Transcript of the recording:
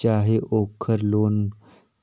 चाहे ओघर लोन,